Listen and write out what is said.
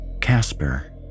Casper